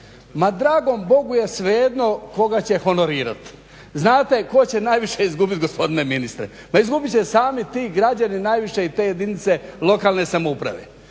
Ma dragom Bogu je svejedno koga će honorirati, znate tko će najviše izgubiti gospodine ministre? Pa izgubit će sami ti građani najviše i te jedinice lokalne samouprave.